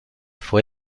fue